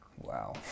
Wow